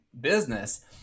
business